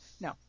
No